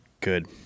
good